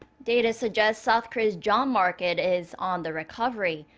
data suggest south korea's job market is on the recovery.